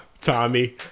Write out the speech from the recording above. Tommy